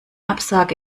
absage